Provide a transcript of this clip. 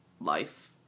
life